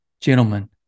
Gentlemen